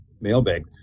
mailbag